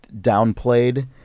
downplayed